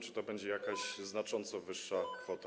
Czy to będzie jakaś znacząco wyższa kwota?